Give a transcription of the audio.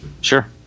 Sure